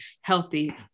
healthy